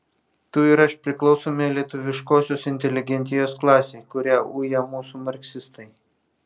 tu ir aš priklausome lietuviškosios inteligentijos klasei kurią uja mūsų marksistai